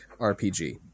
rpg